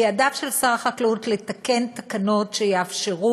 בידיו של שר החקלאות לתקן תקנות שיאפשרו